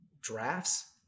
drafts